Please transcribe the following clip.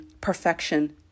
perfection